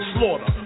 Slaughter